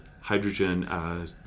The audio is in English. hydrogen